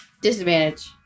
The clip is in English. disadvantage